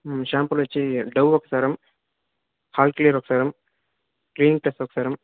షాంపూలో వచ్చి డవ్ ఒక సరం అల్క్లియర్ ఒక సరం క్లినిక్ ప్లస్ ఒక సరం